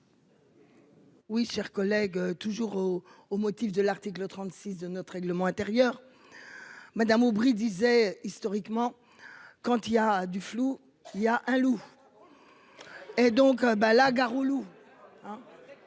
Oui, chers collègues. Toujours au, au motif de l'article 36 de notre règlement intérieur. Madame Aubry disait historiquement quand il y a du flou. Il y a un loup. Et donc ben la gare où.